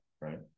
Right